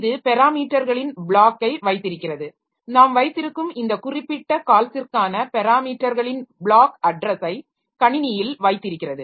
இது பெராமீட்டர்களின் ப்ளாக்கை வைத்திருக்கிறது நாம் வைத்திருக்கும் இந்த குறிப்பிட்ட கால்ஸ்ஸிற்கான பெராமீட்டர்களின் ப்ளாக் அட்ரஸை கணினியில் வைத்திருக்கிறது